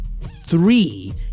three